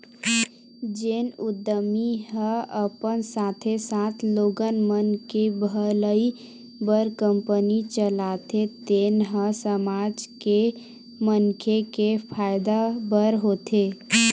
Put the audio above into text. जेन उद्यमी ह अपन साथे साथे लोगन मन के भलई बर कंपनी चलाथे तेन ह समाज के मनखे के फायदा बर होथे